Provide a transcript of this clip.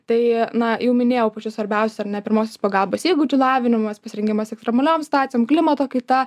tai na jau minėjau pačiu svarbiausiu ar ne pirmosios pagalbos įgūdžių lavinimas pasirengimas ekstremaliom situacijom klimato kaita